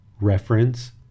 Reference